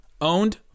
owned